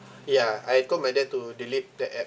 ya I call my dad to delete the app